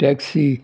taxi